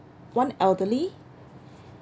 one elderly